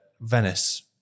Venice